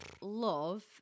love